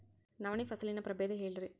ನವಣಿ ಫಸಲಿನ ಪ್ರಭೇದ ಹೇಳಿರಿ